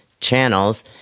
channels